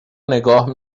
نگاه